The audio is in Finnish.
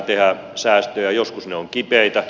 joskus ne ovat kipeitä